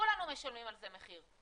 כולנו משלמים על זה מחיר,